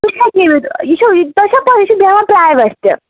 تُہۍ ہٮ۪کِو ییٚتہِ یہِ چھُو تۄہہِ چھَو پےَ یہِ چھُ بیٚہوان پرٛایویٹ تہِ